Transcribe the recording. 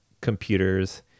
computers